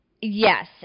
yes